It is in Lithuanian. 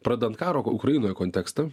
pradedant karo ukrainoje kontekstą